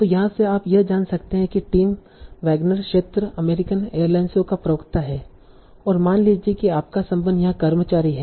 तो यहाँ से आप यह जान सकते हैं कि टिम वैगनर क्षेत्र अमेरिकन एयरलाइनों का प्रवक्ता है और मान लीजिए कि आपका संबंध यहाँ कर्मचारी है